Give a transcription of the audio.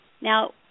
Now